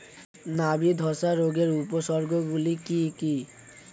নাবি ধসা রোগের উপসর্গগুলি কি কি?